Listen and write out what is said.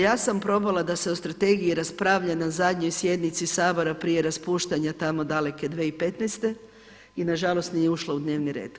Ja sam probala da se o strategiji raspravlja na zadnjoj sjednici Sabora prije raspuštanja tamo daleke 2015. i nažalost nije ušlo u dnevni red.